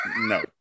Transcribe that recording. no